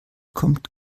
kommt